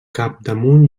capdamunt